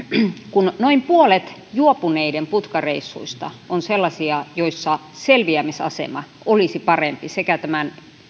kun noin puolet juopuneiden putkareissuista on sellaisia joissa selviämisasema olisi parempi sekä tämän